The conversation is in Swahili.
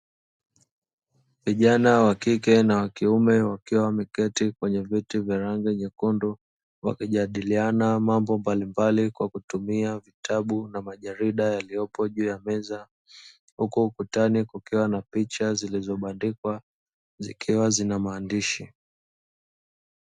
Vijana wa kike na wa kiume wakiwa wameketi kwenye vyeti vya rangi nyekundu, wakijadiliana mambo mbalimbali kwa kutumia vitabu na majarida yaliyopo juu ya meza, huko ukutani kukiwa na picha zilizobandikwa zikiwa zina maandishi.